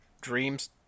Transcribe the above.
dreams